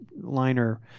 liner